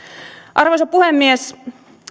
arvoisa puhemies